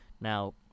now